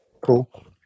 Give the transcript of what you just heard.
Cool